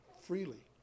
freely